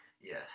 Yes